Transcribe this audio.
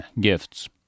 Gifts